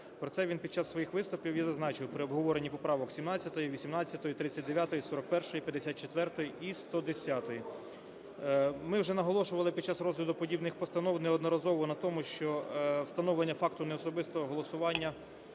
Про це він під час своїх виступів і зазначив при обговоренні поправок 17, 18, 39, 41, 54 і 110. Ми вже наголошували під час розгляду подібних постанов неодноразово на тому, що встановлення факту неособистого голосування